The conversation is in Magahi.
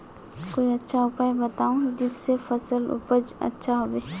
कोई अच्छा उपाय बताऊं जिससे फसल उपज अच्छा होबे